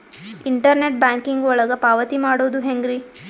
Internet banking ಒಳಗ ಪಾವತಿ ಮಾಡೋದು ಹೆಂಗ್ರಿ?